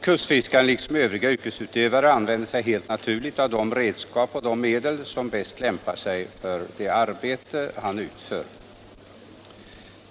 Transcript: Kustfiskaren liksom övriga yrkesutövare använder sig helt naturligt av de redskap och de medel som bäst lämpar sig för det arbete han utför.